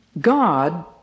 God